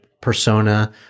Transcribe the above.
persona